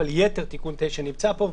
אבל יתר תיקון 9 נמצא פה,